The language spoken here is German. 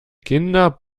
kinder